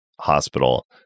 hospital